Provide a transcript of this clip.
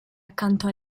accanto